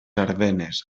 ardenes